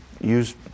use